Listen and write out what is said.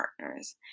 partners